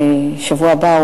בשבוע הבא,